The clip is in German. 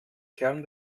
kern